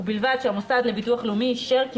ובלבד שהמוסד לביטוח לאומי אישר כי